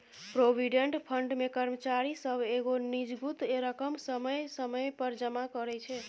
provident fund मे कर्मचारी सब एगो निजगुत रकम समय समय पर जमा करइ छै